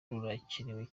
rurakenewe